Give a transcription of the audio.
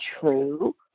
true